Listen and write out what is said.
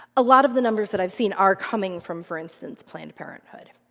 a lot of the numbers that i've seen are coming from, for instance, planned parenthood.